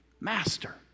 master